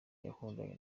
yakundanye